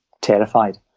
terrified